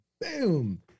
boom